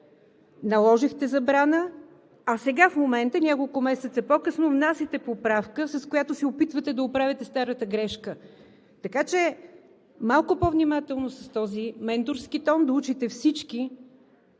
Наложихте забрана, а сега в момента – няколко месеца по-късно, внасяте поправка, с която се опитвате да поправите старата грешка. Така че малко по-внимателно с този менторски тон – да учите всички